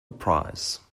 prize